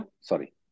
Sorry